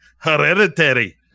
Hereditary